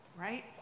right